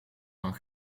van